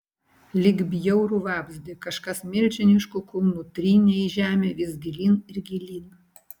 lyg bjaurų vabzdį kažkas milžinišku kulnu trynė į žemę vis gilyn ir gilyn